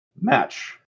match